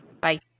Bye